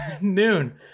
Noon